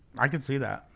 i could see that.